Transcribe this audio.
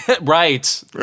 Right